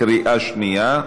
בקריאה שנייה,